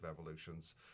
evolutions